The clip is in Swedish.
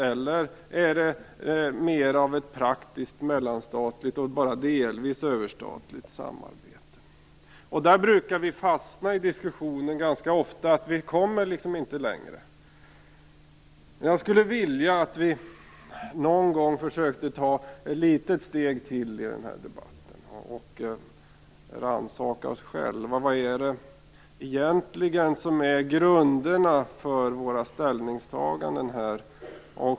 Eller är det mer av ett praktiskt mellanstatligt och bara delvis överstatligt samarbete? Där brukar vi ganska ofta fastna i diskussionen - vi kommer liksom inte längre. Jag skulle vilja att vi någon gång försökte ta ytterligare ett litet steg i den debatten och rannsakade oss själva: Vad är det egentligen som är grunderna i våra ställningstaganden?